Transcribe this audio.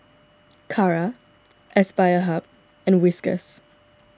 Kara Aspire Hub and Whiskas